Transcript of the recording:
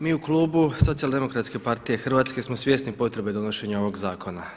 Mi u Klubu Socijal-demokratske partije Hrvatske smo svjesni potrebe donošenja ovog zakona.